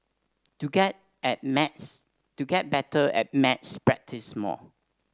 to get at maths to get better at maths practise more